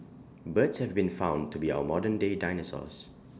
birds have been found to be our modernday dinosaurs